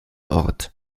ort